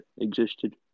existed